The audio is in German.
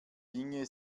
inge